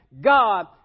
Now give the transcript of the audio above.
God